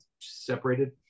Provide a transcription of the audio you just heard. separated